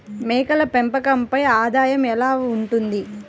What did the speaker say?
మేకల పెంపకంపై ఆదాయం ఎలా ఉంటుంది?